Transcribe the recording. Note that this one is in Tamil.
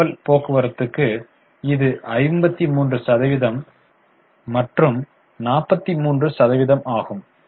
கப்பல் போக்குவரத்துக்கு இது 53 சதவீதம் மற்றும் 43 சதவீதம் ஆகும்